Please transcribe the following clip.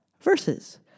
verses